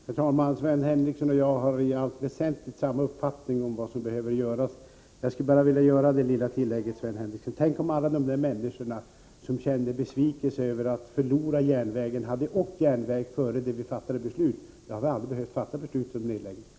Herr talman! Sven Henricsson och jag har i allt väsentligt samma uppfattning om vad som behöver göras. Jag skulle bara vilja tillägga: Tänk om alla de människor som känner besvikelse över att förlora järnvägen hade åkt tåg innan vi fattade beslutet om nedläggning! Då hade vi aldrig behövt fatta något beslut om nedläggning.